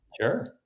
Sure